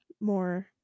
more